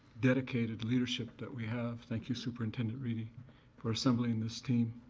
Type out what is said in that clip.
dedicated leadership that we have. thank you superintendent reedy for assembling this team